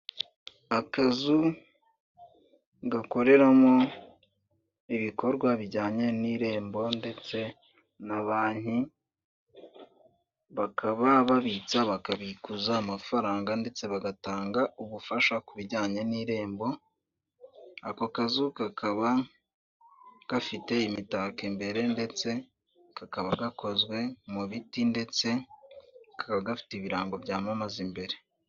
Akazu gakoreramo ibikorwa bijyanye n'Irembo ndetse na banki, bakaba babitsa, bakabikuza amafaranga ndetse bagatanga ubufasha ku bijyanye n'Irembo, ako kazu kakaba gafite imitako imbere ndetse kakaba gakozwe mu biti ndetse kakaba gafite ibirango byamamaza imbere.